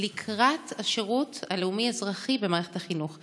לקראת השירות הלאומי-אזרחי במערכת החינוך.